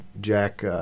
Jack